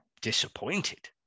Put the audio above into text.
Disappointed